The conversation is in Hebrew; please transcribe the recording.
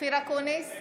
אופיר אקוניס,